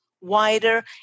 wider